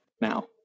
Now